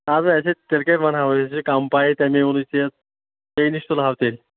اہن آسہِ ہے تیٚلہِ کَتہِ وَنہَو أسۍ أسے کَم پاے تَمے ووٚنُے ژےٚ ژے نِش تُل ہَو تیٚلہِ